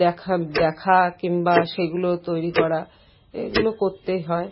দেখা দেখা কিংবা সেগুলো তৈরি করা এগুলো করতেই হয়